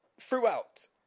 throughout